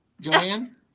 Joanne